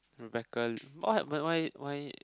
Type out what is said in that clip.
Rebecca why why why why